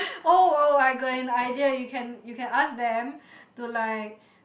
oh oh I got an idea you can you can ask them to like